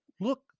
look